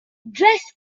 dress